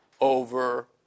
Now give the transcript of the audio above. over